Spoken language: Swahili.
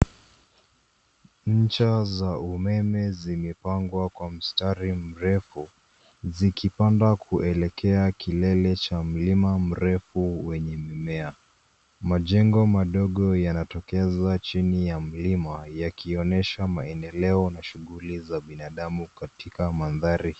Ncha za umeme zimepangwa kwa mistari mrefu zikipanda kuelekea kilele cha mlima mrefu wenye mimea. Majengo madogo yanatokeza chini ya milima yakionyesha maendeleo na shughuli za binadamu katika mandhari.